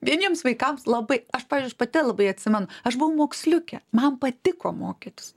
vieniems vaikams labai aš pavyzdžiui aš pati nelabai atsimenu aš buvome moksliukė man patiko mokytis